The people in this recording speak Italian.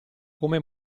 come